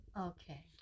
Okay